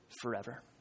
forever